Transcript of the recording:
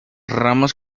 ramas